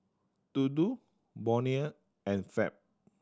Dodo Bonia and Fab